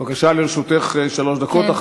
בבקשה, לרשותך שלוש דקות.